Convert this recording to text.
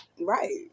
Right